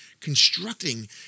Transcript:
constructing